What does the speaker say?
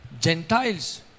Gentiles